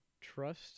trust